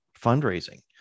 fundraising